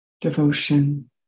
devotion